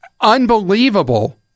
Unbelievable